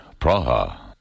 Praha